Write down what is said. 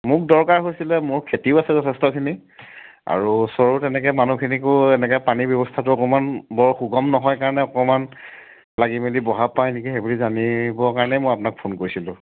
মোক দৰকাৰ হৈছিলে মোৰ খেতিও আছে যথেষ্টখিনি আৰু ওচৰৰো তেনেকৈ মানুহখিনিকো এনেকৈ পানীৰ ব্যৱস্থাটো অকমান বৰ সুগম নহয় কাৰণে অকমান লাগি মেলি বহাব পাৰি নেকি সেইবুলি জানিবৰ কাৰণে মই আপোনাক ফোন কৰিছিলোঁ